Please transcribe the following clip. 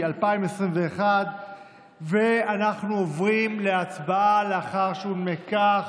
2021. אנחנו עוברים להצבעה לאחר שהונמקה.